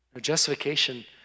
Justification